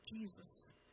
Jesus